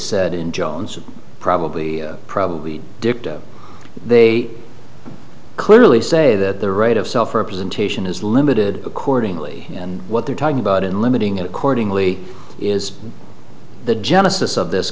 said in jones probably probably they clearly say that the right of self representation is limited accordingly and what they're talking about in limiting it accordingly is the genesis of this